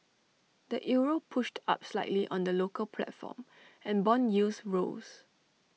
the euro pushed up slightly on the local platform and Bond yields rose